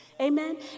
Amen